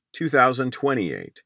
2028